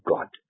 God